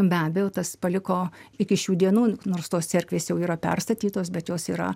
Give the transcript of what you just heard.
be abejo tas paliko iki šių dienų nors tos cerkvės jau yra perstatytos bet jos yra